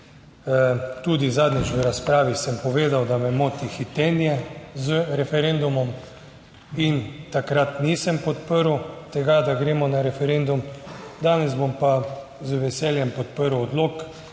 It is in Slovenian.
tudi zadnjič v razpravi sem povedal, da me moti hitenje z referendumom in takrat nisem podprl tega, da gremo na referendum. Danes bom pa z veseljem podprl odlok,